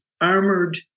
armored